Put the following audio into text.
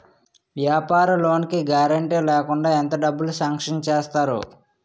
వ్యాపార లోన్ కి గారంటే లేకుండా ఎంత డబ్బులు సాంక్షన్ చేస్తారు?